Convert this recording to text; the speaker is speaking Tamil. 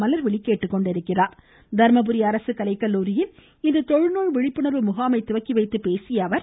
மலர்விழி கேட்டுக் கொண்டிருக்கிறார் தர்மபுரி அரசு கலைக்கல்லூரியில் இன்று தொழுநோய் விழிப்புணர்வு முகாமை தொடங்கி வைத்து பேசிய அவர்